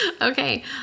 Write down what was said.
Okay